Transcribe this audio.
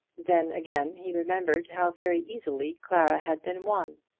then again he remembered how very easily clara had been won.